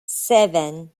seven